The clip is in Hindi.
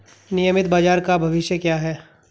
नियमित बाजार का भविष्य क्या है?